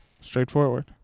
straightforward